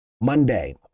Monday